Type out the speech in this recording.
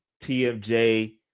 TFJ